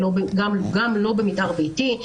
גם לא במתאר ביתי.